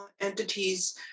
entities